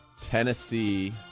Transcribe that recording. Tennessee